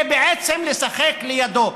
זה בעצם משחק לידו.